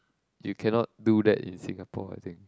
you cannot do that in Singapore I think